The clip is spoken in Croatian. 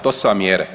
To su vam mjere.